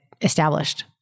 established